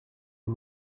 est